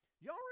Y'all